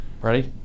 Ready